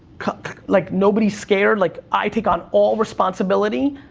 like, nobody's scared, like, i take on all responsibility.